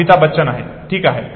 अमिताभ बच्चन आहेत ठीक आहे